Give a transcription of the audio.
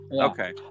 Okay